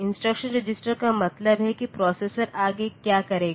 instruction register का मतलब है कि प्रोसेसर आगे क्या करेगा